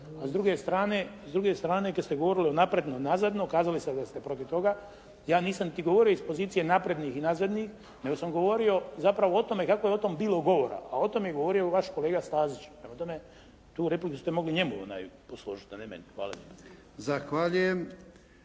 A s druge strane, kad ste govorili o napredno, nazadno kazali ste da ste protiv toga. Ja nisam niti govorio iz pozicije naprednih i nazadnih, nego sam govorio zapravo o tome kako je o tom bilo govora. A o tom je govorio vaš kolega Stazić. Prema tome, tu repliku ste mogli njemu posložiti, a ne meni. Hvala